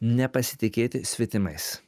nepasitikėti svetimais